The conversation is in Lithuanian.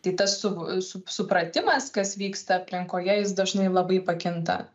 tai tas su su supratimas kas vyksta aplinkoje jis dažnai labai pakinta